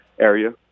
area